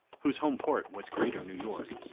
whose home port was greater new york,